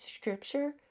scripture